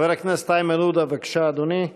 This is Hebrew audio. חבר הכנסת איימן עודה, בבקשה, אדוני,